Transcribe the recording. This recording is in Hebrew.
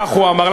כך הוא אמר.